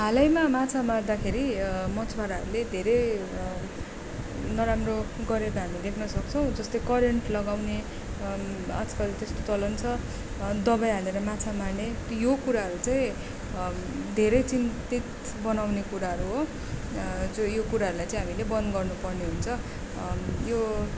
हालैमा माछा मार्दाखेरि मछुवाराहरूले धेरै नराम्रो गरेको हामी देख्न सक्छौँ जस्तै करेन्ट लगाउने आजकल त्यस्तो चलन छ दवाई हालेर माछा मार्ने यो कुराहरू चाहिँ धेरै चिन्तित बनाउने कुराहरू हो जो यो कुराहरूलाई चाहिँ हामीले बन्द गर्नु पर्ने हुन्छ यो